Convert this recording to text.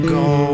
go